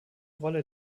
rolle